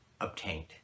obtained